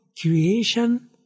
creation